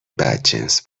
بدجنس